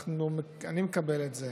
אני מקבל את זה